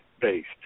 based